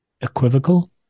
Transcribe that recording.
equivocal